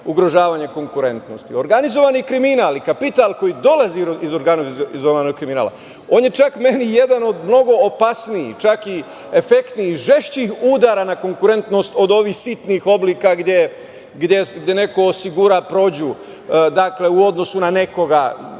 ugrožavanja konkurentnosti. Na primer, organizovani kriminal i kapital koji dolazi iz organizovanog kriminala, on je čak meni mnogo opasniji, jedan od efektnijih, žešćih udara na konkurentnost od ovih sitnih oblika gde neko osigura prođu u odnosu na nekoga,